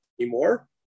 anymore